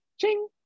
Ching